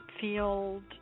field